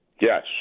Yes